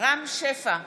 רם שפע,